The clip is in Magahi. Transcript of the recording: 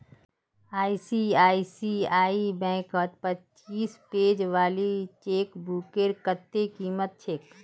आई.सी.आई.सी.आई बैंकत पच्चीस पेज वाली चेकबुकेर कत्ते कीमत छेक